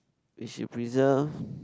we should preserve